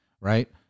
right